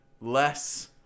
less